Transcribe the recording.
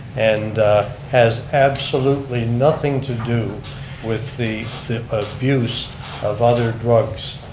and has absolutely nothing to do with the the abuse of other drugs.